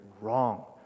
wrong